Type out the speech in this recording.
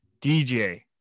dj